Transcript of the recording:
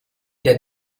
der